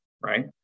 right